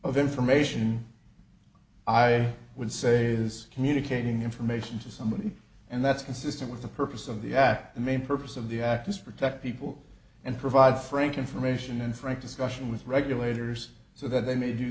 of information i would say is communicating information to somebody and that's consistent with the purpose of the act the main purpose of the act is protect people and provide frank information and frank discussion with regulators so that they may do